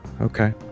Okay